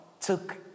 took